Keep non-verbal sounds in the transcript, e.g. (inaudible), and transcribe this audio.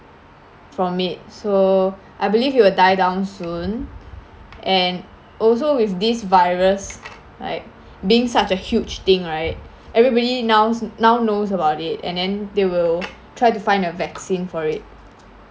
from it so I believe it will die down soon and also with this virus (noise) like being such a huge thing right everybody now now knows about it and then they will (noise) try to find a vaccine for it